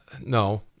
no